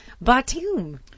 Batum